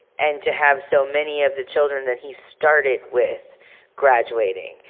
and to have so many of the children that he started with graduating.